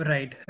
Right